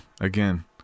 again